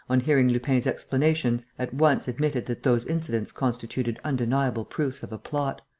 on hearing lupin's explanations at once admitted that those incidents constituted undeniable proofs of a plot.